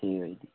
ଠିକ୍ ଅଛେ